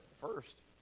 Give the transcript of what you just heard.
First